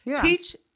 Teach